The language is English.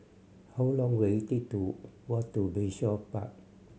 how long will it take to walk to Bayshore Park